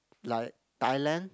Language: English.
like Thailand